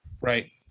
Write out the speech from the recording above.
right